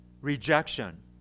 Rejection